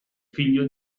figlio